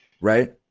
Right